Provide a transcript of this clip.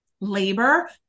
Labor